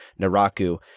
Naraku